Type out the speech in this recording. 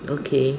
okay